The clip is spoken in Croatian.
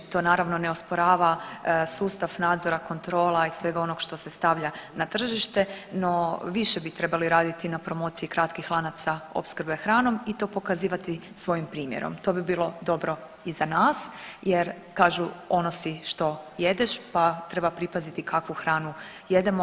To naravno ne osporava sustav nadzora kontrola i svega onog što se stavlja na tržište, no više bi trebali raditi na promociji kratkih lanaca opskrbe hranom i to pokazivati svojim primjerom, to bi bilo dobro i za nas jer kažu ono si što jedeš, pa treba pripaziti kakvu hranu jedemo.